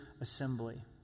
assembly